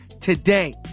today